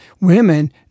women